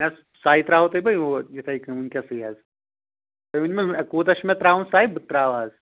نہَ حظ سَے ترٛاوو تۄہہِ بہٕ اوٗرۍ یِتھٕے کٔنۍ ؤنکیٚسٕے حظ تُہۍ ؤنِو مےٚ کوٗتاہ چھُ ترٛاوُن سَے بہٕ ترٛاوٕ حظ